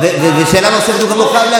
פעם הוא עוד ידע